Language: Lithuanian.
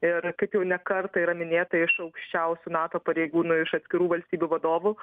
ir kaip jau ne kartą yra minėta iš aukščiausių nato pareigūnų iš atskirų valstybių vadovų